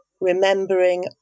remembering